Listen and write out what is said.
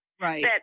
Right